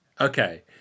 Okay